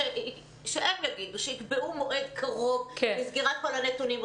שהם יקבעו מועד קרוב לסגירת כל הנתונים.